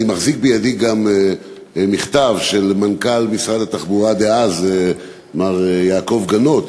אני מחזיק בידי גם מכתב של מנכ"ל משרד התחבורה דאז מר יעקב גנות,